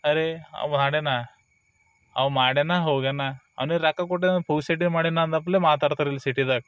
ಅರೆ ಅವ ಹಾಡೆನ ಅವ ಮಾಡ್ಯಾನ ಹೋಗ್ಯಾನ ಅವ್ನಿಗೆ ರೊಕ್ಕ ಕೊಟ್ಟಿಲ್ಲ ಅಂದು ಪುಕ್ಸಟೆ ಮಾಡ್ಯಾನ ಅನ್ನದಪ್ಲೆ ಮಾತಾಡ್ತಾರೆ ಇಲ್ಲಿ ಸಿಟಿದಾಗೆ